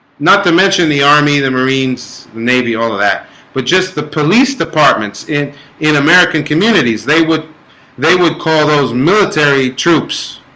not to mention the army the marines maybe all of that but just the police departments in in american communities. they would they would call those military troops